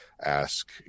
ask